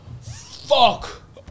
Fuck